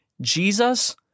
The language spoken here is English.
Jesus